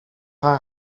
haar